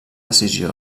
decisió